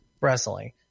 wrestling